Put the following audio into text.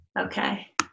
Okay